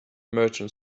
merchant